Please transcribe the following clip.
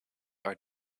are